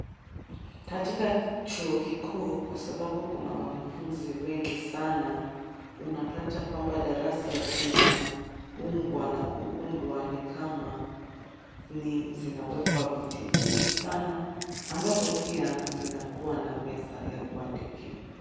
Katika chuo kikuu kwa sababu kuna wanafunzi wengi sana, unapata kwamba darasa zinaungwa na kuundwa nikama zinawekwa viti vingi sana ambazo pia zinakuwa na meza ya kuandikia.